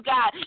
God